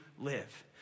live